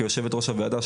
כיושבת ראש הוועדה,